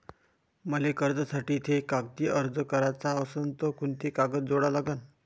मले कर्जासाठी थे कागदी अर्ज कराचा असन तर कुंते कागद जोडा लागन?